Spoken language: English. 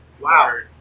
Wow